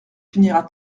finira